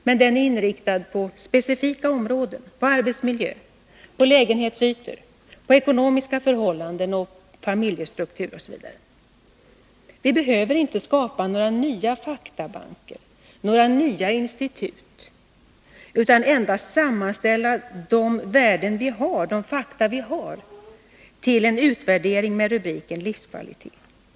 Men den är inriktad på specifika områden — på arbetsmiljö, på lägenhetsytor, på ekonomiska förhållanden, på familjestruktur osv. Vi behöver inte skapa några nya faktabanker och nya institut utan endast sammanställa de fakta vi har till en utvärdering med rubriken Livskvalitet.